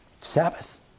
Sabbath